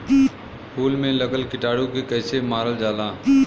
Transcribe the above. फूल में लगल कीटाणु के कैसे मारल जाला?